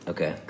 Okay